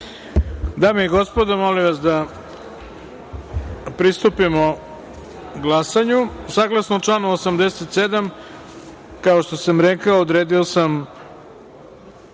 Dame i gospodo, molim vas pristupimo glasanju. Saglasno članu 87, kao što sam rekao, odredio sam